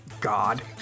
god